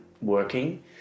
working